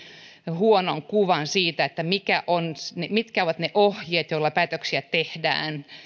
huonon kuvan siitä mitkä ovat ne ohjeet joilla päätöksiä tehdään